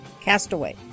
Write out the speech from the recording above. Castaway